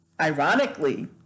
Ironically